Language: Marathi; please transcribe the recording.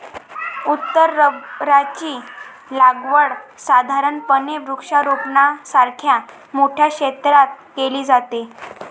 उत्तर रबराची लागवड साधारणपणे वृक्षारोपणासारख्या मोठ्या क्षेत्रात केली जाते